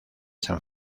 san